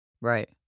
Right